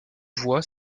voies